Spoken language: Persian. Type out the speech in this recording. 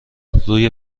روی